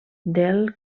del